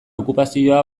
okupazioa